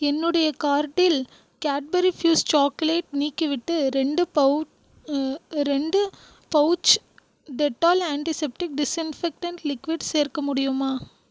என்னுடைய கார்ட்டில் Cadbury Fuse chocolate நீக்கிவிட்டு ரெண்டு பவுச் ரெண்டு pouch Dettol antiseptic disinfectant liquid சேர்க்க முடியுமா